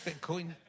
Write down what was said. Bitcoin